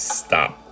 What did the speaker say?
stop